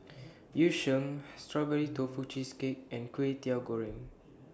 Yu Sheng Strawberry Tofu Cheesecake and Kway Teow Goreng